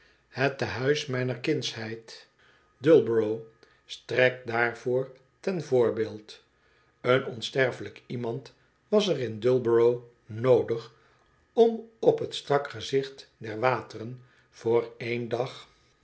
het te-huis mijner kindsheid dullborough strekt daarvoor ten voorbeeld een onsterfelijke iemand was er in dullborough noodig om op t strak gezicht der wateren voor één dag